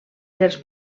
dels